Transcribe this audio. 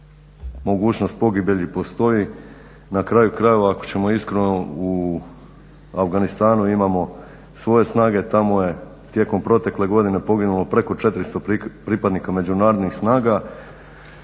mogućnost pogibelji postoji, na kraju krajeva ako ćemo iskreno u Afganistanu imamo svoje snage, tamo je tijekom protekle godine poginulo preko 400 pripadnika međunarodnih snaga,